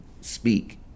speak